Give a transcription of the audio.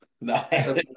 No